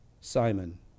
Simon